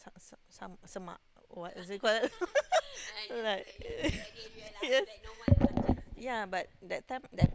sa~ sa~ sa~ semak or what is it called like yeah